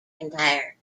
mcintyre